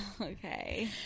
Okay